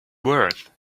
worth